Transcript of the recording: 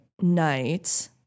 night